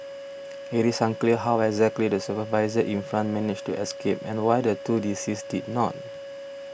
it is unclear how exactly the supervisor in front managed to escape and why the two deceased did not